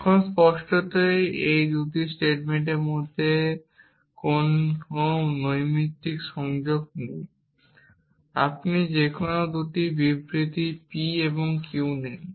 এখন স্পষ্টতই এই 2টি স্টেটমেন্টের মধ্যে কোন নৈমিত্তিক সংযোগ নেই আপনি যেকোনো 2টি বিবৃতি p এবং q নিন